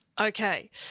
Okay